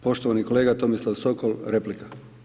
Poštovani kolega Tomislav Sokol, replika.